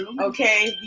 okay